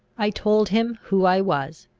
i told him who i was,